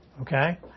okay